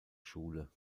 schule